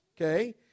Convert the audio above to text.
okay